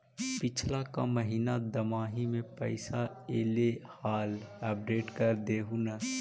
पिछला का महिना दमाहि में पैसा ऐले हाल अपडेट कर देहुन?